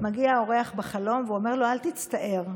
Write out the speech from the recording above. מגיע האורח בחלום ואומר לו: אל תצטער,